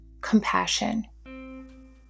Compassion